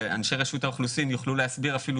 ואנשי רשות האוכלוסין יוכלו להסביר אפילו